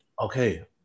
Okay